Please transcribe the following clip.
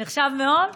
נחשב מאוד?